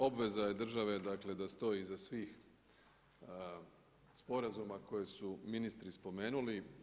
Obveza je države da stoji iza svih sporazuma koje su ministri spomenuli.